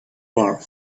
bar